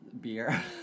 Beer